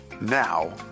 now